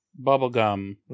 bubblegum